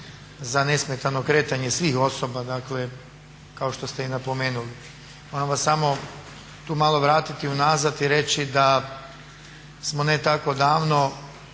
za nesmetano kretanje svih osoba, dakle kao što ste i napomenuli. Moramo samo malo tu vratiti unazad i reći da smo ne tako davno